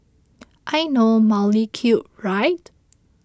I know mildly cute right